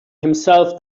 himself